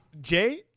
Jay